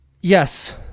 Yes